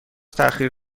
تاخیر